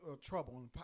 trouble